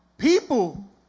People